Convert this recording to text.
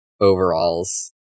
overalls